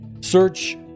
Search